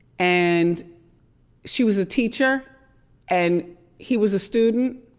and she was a teacher and he was a student?